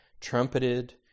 trumpeted